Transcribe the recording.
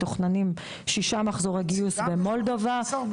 מתוכננים ששה מחזורי גיוס ממולדובה.